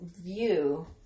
view